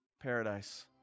paradise